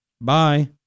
Bye